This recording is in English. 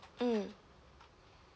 mm